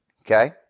okay